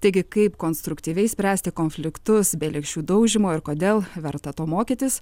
taigi kaip konstruktyviai spręsti konfliktus be lėkščių daužymo ir kodėl verta to mokytis